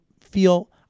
feel